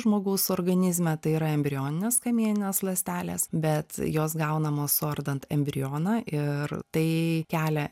žmogaus organizme tai yra embrioninės kamieninės ląstelės bet jos gaunamos suardant embrioną ir tai kelia